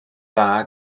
dda